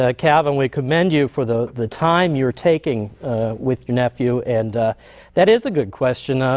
ah calvin we commend you for the the time you're taking with your nephew and that is a good question. ah